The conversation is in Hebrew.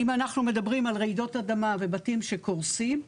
אם אנחנו מדברים על רעידות אדמה ובתים שקורסים,